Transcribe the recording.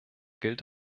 gilt